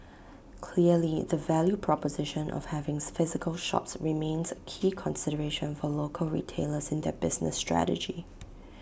clearly the value proposition of having physical shops remains A key consideration for local retailers in their business strategy